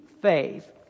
faith